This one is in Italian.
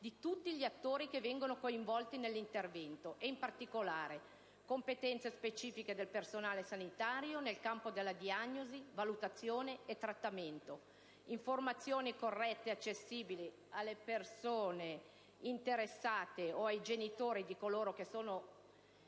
di tutti gli attori coinvolti nell'intervento, e in particolare competenze specifiche del personale sanitario nel campo della diagnosi, valutazione e trattamento, informazioni corrette e accessibili alle persone interessate o ai genitori di coloro che sono incapaci